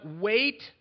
wait